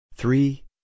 Three